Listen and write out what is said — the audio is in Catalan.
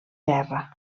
guerra